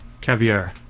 caviar